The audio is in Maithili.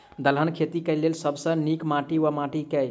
दलहन खेती केँ लेल सब सऽ नीक माटि वा माटि केँ?